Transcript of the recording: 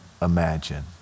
imagine